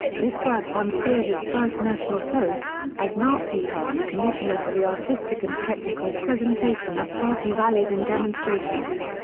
this work won speer his first national post, as nazi party commissioner for the artistic and technical presentation of party rallies and demonstrations.